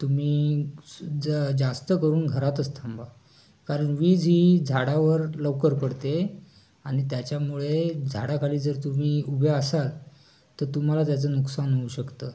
तुम्ही ज जास्तकरून घरातच थांबा कारण वीज ही झाडावर लवकर पडते आणि त्याच्यामुळे झाडाखाली जर तुम्ही उभे असाल तर तुम्हाला त्याचं नुकसान होऊ शकतं